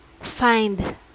find